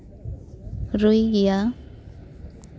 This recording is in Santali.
ᱨᱩᱭ ᱜᱮᱭᱟ